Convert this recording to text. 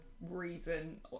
reason